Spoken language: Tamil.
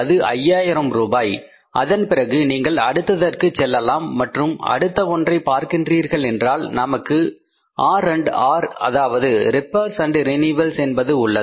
அது 5000 ரூபாய் அதன் பிறகு நீங்கள் அடுத்ததற்கு செல்லலாம் மற்றும் அடுத்த ஒன்றை பார்க்கிறீர்கள் என்றால் நமக்கு ஆர் மற்றும் ஆர் அதாவது ரிப்பேர்ஸ் அண்டு ரெனிவல்ஸ் என்பது உள்ளது